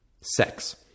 sex